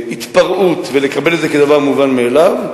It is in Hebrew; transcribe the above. התפרעות ולקבל את זה כדבר מובן מאליו,